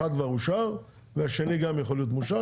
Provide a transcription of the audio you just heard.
אחד כבר אושר והשני גם יכול להיות מאושר,